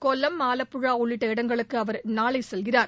கொல்லம் ஆலப்புழா உள்ளிட்ட இடங்களுக்கு அவர் நாளை செல்கிறார்